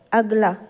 ਅਗਲਾ